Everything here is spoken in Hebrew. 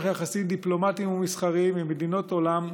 יחסים דיפלומטיים ומסחריים עם מדינות עולם.